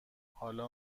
حالا